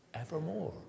evermore